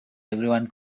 everyone